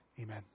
Amen